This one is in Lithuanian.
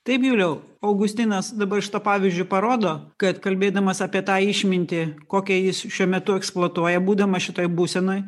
taip juliau augustinas dabar šituo pavyzdžiu parodo kad kalbėdamas apie tą išmintį kokią jis šiuo metu eksploatuoja būdamas šitoj būsenoj